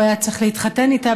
הוא היה צריך להתחתן איתה,